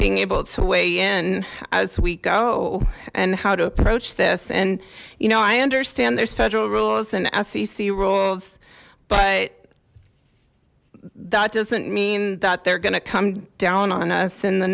being able to weigh in as we go and how to approach this and you know i understand there's federal rules and sec rules but that doesn't mean that they're gonna come down on us in the